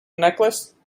necklace